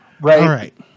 Right